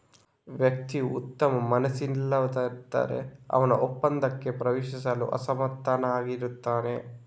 ವ್ಯಕ್ತಿಯು ಉತ್ತಮ ಮನಸ್ಸಿನವರಲ್ಲದಿದ್ದರೆ, ಅವನು ಒಪ್ಪಂದಕ್ಕೆ ಪ್ರವೇಶಿಸಲು ಅಸಮರ್ಥನಾಗಿರುತ್ತಾನೆ